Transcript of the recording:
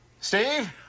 Steve